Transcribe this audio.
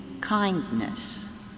kindness